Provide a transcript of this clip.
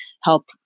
help